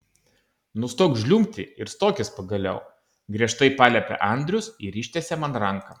nustok žliumbti ir stokis pagaliau griežtai paliepė andrius ir ištiesė man ranką